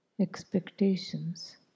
expectations